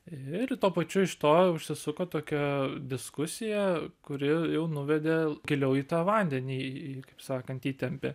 ir tuo pačiu iš to užsisuko tokia diskusija kuri jau nuvedė giliau į tą vandenį kaip sakant įtempė